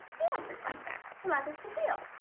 yes, it is like that. to love is to feel.